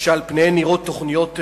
שעל פניהן נראות תוכניות מעניינות,